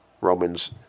Romans